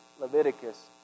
Leviticus